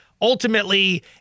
ultimately